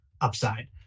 upside